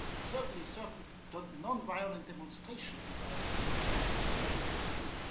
and certainly certainly nonviolent demonstrations, if i understand that's what you mean